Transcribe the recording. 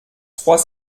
trois